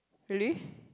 really